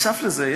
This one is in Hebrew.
נוסף לזה,